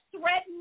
threatened